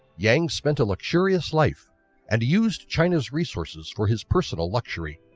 yang spend a luxurious life and used china's resources for his personal luxury.